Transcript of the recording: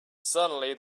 suddenly